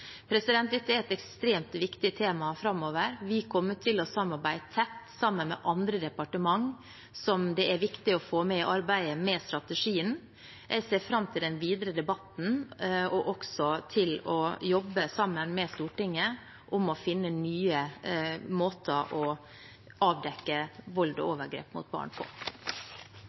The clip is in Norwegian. Dette er et ekstremt viktig tema framover. Vi kommer til å samarbeide tett med andre departementer som det er viktig å få med i arbeidet med strategien. Jeg ser fram til den videre debatten og også til å jobbe sammen med Stortinget om å finne nye måter å avdekke vold og overgrep mot barn på.